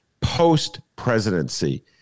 post-presidency